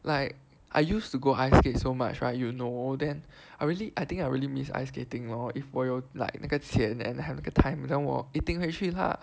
like I used to go ice skate so much right you know then I really I think I really miss ice skating lor if 我有 like 那个钱 and have the time then 我一定会去 lah